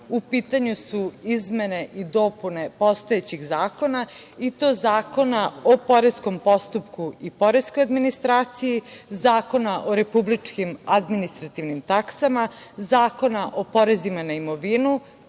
U pitanju su izmene i dopune postojećih zakona, i to: Zakona o poreskom postupku i poreskoj administraciji, Zakona o republičkim administrativnim taksama, Zakona o porezima na imovinu,